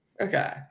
Okay